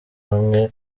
hamwe